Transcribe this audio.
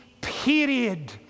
period